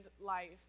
life